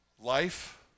Life